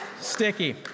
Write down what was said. sticky